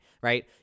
right